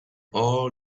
all